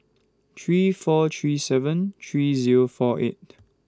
three four three seven three Zero four eight